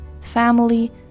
family